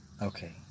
Okay